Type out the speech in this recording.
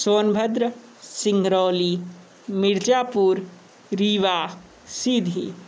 Sonbhadra Singrauli Mirzapur Rewa Sidhi